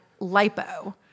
lipo